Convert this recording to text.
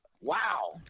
Wow